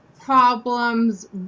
problems